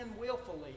willfully